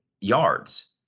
yards